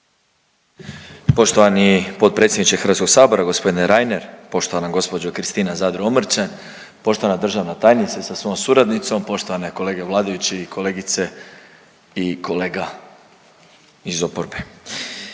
Poštovani potpredsjedniče Hrvatskog sabora gospodine Reiner, poštovana gospođo Kristina Zadro Omrčen, poštovana državna tajnice sa svojom suradnicom, poštovane kolege vladajući i kolegice i kolega iz oporbe.